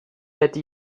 êtes